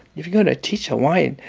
if you're going to teach hawaiian,